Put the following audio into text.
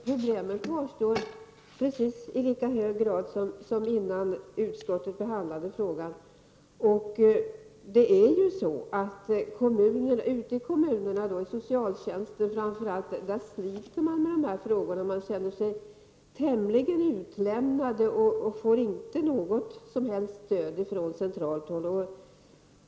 Problemen kvarstår i lika hög grad som innan utskottet behandlade frågan. Ute i kommunerna, framför allt inom socialtjänsten, sliter man med de här frågorna. Man känner sig tämligen utlämnad och får inte något som helst stöd från centralt håll.